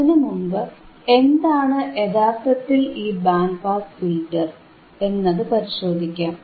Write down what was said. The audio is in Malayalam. അതിനു മുമ്പ് എന്താണ് യഥാർഥത്തിൽ ഈ ബാൻഡ് പാസ് ഫിൽറ്റർ എന്നത് പരിശോധിക്കാം